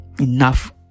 enough